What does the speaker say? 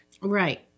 Right